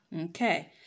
okay